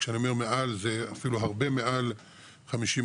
כשאני אומר מעל זה אפילו הרבה מעל 50%,